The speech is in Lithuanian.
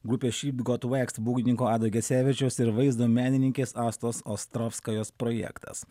grupė šyp got vaikst būgnininko ado gecevičiaus ir vaizdo menininkės astos ostrovskajos projektas